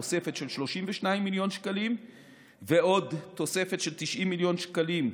תוספת של 32 מיליון שקלים ועוד תוספת של 90 מיליון שקלים,